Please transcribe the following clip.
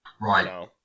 Right